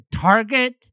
target